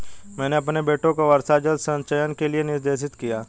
मैंने अपने बेटे को वर्षा जल संचयन के लिए निर्देशित किया